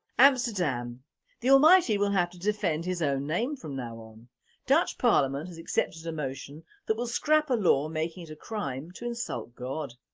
amsterdam o the almighty will have to defend his own name from now on dutch parliament has accepted a motion that will scrap a law making it a crime to insult god.